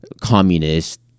communist